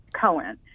Cohen